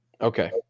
Okay